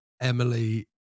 Emily